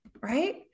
right